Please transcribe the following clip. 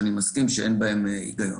שאני מסכים שאין בהן היגיון.